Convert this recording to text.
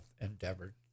endeavored